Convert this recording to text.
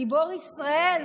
גיבור ישראל,